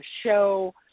show